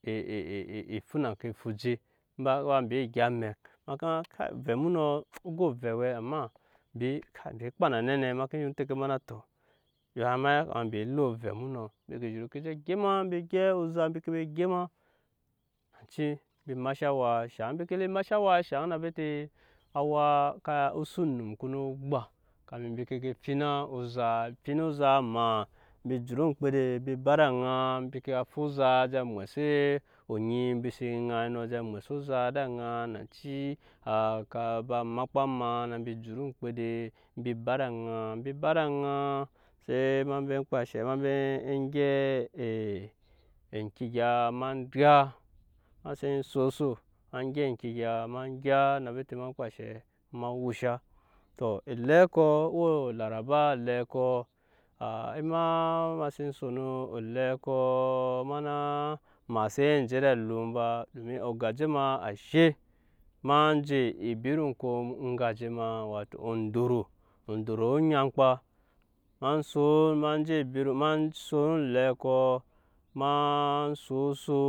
e fu na ŋke fu je in ba haka ba mbi gya amɛk, ma ka kai ovɛ mu nɔ o go ovɛ owɛ amma kai mbi kpa na nɛ nɛ ma ke tɛke na ma na tɔ ya ma yakama mbi le ovɛ mu nɔ mbi ke zhuru je gema mbi gyɛp ozaa mbi ke ba gema nanci mbi masha awa shaŋ mbi le ke masha awa shaŋ na bete awaa osu onum ko no gba kamin mbi ke ke fina ozaa fina ozaa ma mbi jut oŋmkpede mbi ba ed'aŋa mbi ke fu ozaa je mwɛse onyi mbi se ŋai nɔ je mwɛse ozaa ed'aŋa nanci a ka ba makpa ma mbi jut oŋmkpede mbi ba ed'aŋa, mbi ba ed'aŋa se ma ba kpa enshe ma gyɛp e eŋke egya ma gya ma sen soso ma gyɛp eŋke egya ma gya bete ma kpa enshe ma wusha tɔ olɛkɔ o we olaraba olɛkɔ a ema ma en son olɛkɔ ma na ma xsen je ed'alum ba domin ogaje a she, ma je ebit okom egaje ma wato ondoro odoro nyankpa, ma son ma je ebit ma son olɛkɔ ma soso